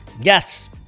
Yes